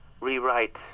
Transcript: rewrite